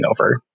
over